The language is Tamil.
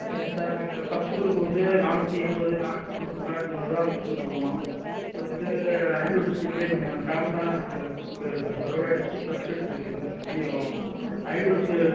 இல்லை சார் நாங்கள் ஃபஸ்ட்டு குரூப்பு வந்து நானூற்றி எண்பது நானூற்றி தொண்ணூறுக்கு மேலே இருக்கவங்களுக்கு தான் நாங்கள் கொடுத்துட்டுருக்கோம் இது வந்து அரியலூர் டிஸ்ட்டிக்லே கொஞ்சம் ஃபேமஸான ஸ்கூலு இப்போ இந்த தடவை கூட டிஸ்ட்டிக் ஃபஸ்ட்டு எடுத்துருக்குது உங்களுக்கே தெரியும் அரியலூர் சு